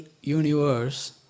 universe